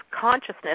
consciousness